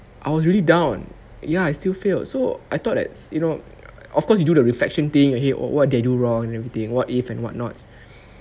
I was really down ya I still failed so I thought like you know of course you do the reflection thing err !hey! oh what did I do wrong and everything what if and what not